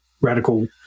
radical